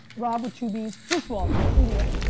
robb with two bs, first of all, india?